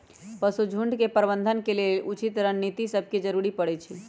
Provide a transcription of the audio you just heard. पशु झुण्ड के प्रबंधन के लेल उचित रणनीति सभके जरूरी परै छइ